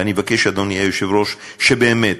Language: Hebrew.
ואני מבקש, אדוני היושב-ראש, שבאמת